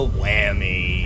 whammy